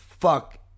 fuck